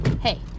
hey